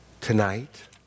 tonight